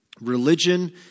religion